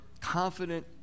confident